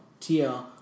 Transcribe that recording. TL